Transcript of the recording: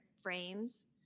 frames